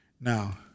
Now